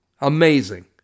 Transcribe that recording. amazing